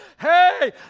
Hey